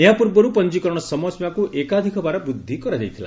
ଏହାପୂର୍ବରୁ ପଞ୍ଚିକରଣ ସମୟସୀମାକୁ ଏକାଧିକଥର ବୃଦ୍ଧି କରାଯାଇଥିଲା